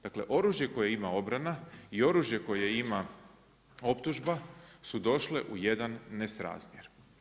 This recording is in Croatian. Dakle, oružje koje ima obrana i oružje koje ima optužba su došle u jedan nesrazmjer.